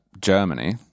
Germany